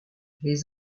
les